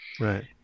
Right